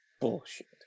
Bullshit